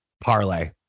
parlay